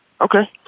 Okay